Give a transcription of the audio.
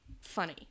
funny